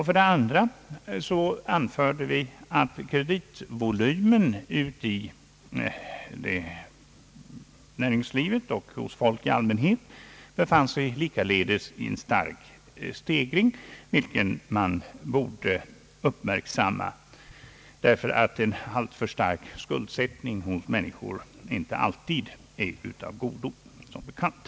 För det andra anförde vi, att kreditvolymen i näringslivet och hos folk i allmänhet likaledes befann sig i stark stegring, vilket man borde uppmärksamma. En alltför stark skuldsättning hos människor är nämligen inte alltid av godo, som bekant.